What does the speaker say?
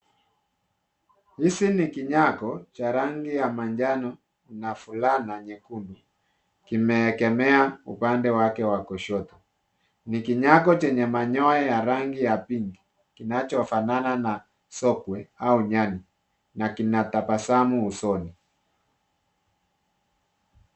Hizi kinyago cha rangi ya manjano na fulana nyekundu kimeengemea upande wake wa kushoto ni kinyago chenye manyoya ya rangi ya [pink] kinachofanana na sogwe au nyani na kinatabasamu usoni.